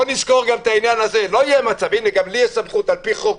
גם לי יש סמכות על פי חוק,